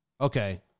Okay